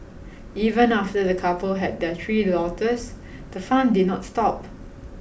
even after the couple had their three daughters the fun did not stop